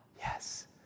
yes